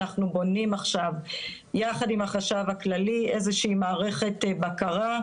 אנחנו בונים עכשיו יחד עם החשב הכללי איזושהי מערכת בקרה.